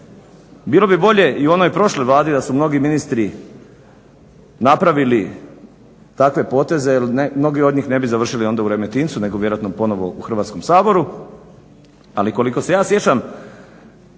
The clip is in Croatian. bilo bi bolje i u onoj prošloj Vladi da su mnogi ministri napravili takve poteze, jer mnogi od njih ne bi završili onda u Remetincu, nego vjerojatno ponovo u Hrvatskom saboru. Ali koliko se ja sjećam